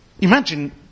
Imagine